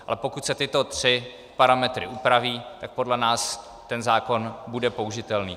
Ale pokud se tyto tři parametry upraví, tak podle nás ten zákon bude použitelný.